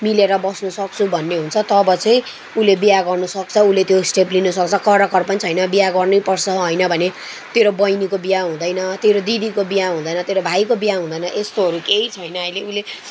मिलेर बस्नु सक्छु भन्ने हुन्छ तब चाहिँ उसले बिहा गर्नु सक्छ उसले त्यो स्टेप लिनु सक्छ कराकर पनि छैन बिहा गर्नै पर्छ होइन भने तेरो बहिनीको बिहा हुँदैन तेरो दिदीको बिहा हुँदैन तेरो भाइको बिहा हुँदैन यस्तोहरू केही छैन अहिले उहिले